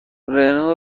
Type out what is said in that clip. رنو